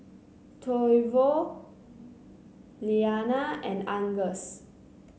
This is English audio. Toivo Iliana and Angus